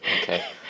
Okay